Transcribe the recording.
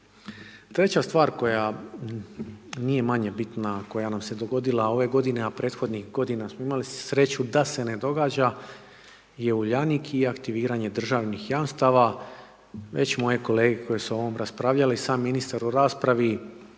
Treća stvar koja nije manje bitna, koja nam se dogodila ove g. a prethodnih godina, smo imali sreću da se ne događa je Uljanik i aktiviranje državnih jamstava. Već moje kolege koje su o ovome raspravljali, sa ministrom u raspravi